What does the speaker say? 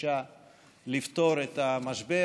בדרישה לפתור את המשבר.